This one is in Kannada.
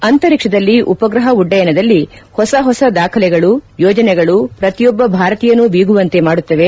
ಅಂತರಿಕ್ಷದಲ್ಲಿ ಉಪಗ್ರಹ ಉಡ್ಡಯನದಲ್ಲಿ ಹೊಸ ಹೊಸ ದಾಖಲೆಗಳು ಯೋಜನೆಗಳು ಪ್ರತಿಯೊಬ್ಬ ಭಾರತೀಯನು ಬೀಗುವಂತೆ ಮಾಡುತ್ತವೆ